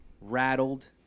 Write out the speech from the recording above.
rattled